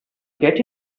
get